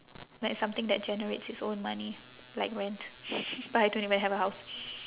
like something that generates it's own money like rent but I don't even have a house